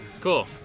Cool